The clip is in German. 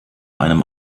einem